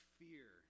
fear